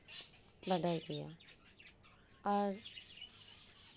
ᱵᱟᱰᱟᱭ ᱜᱮᱭᱟ ᱟᱨ